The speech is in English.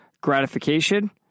gratification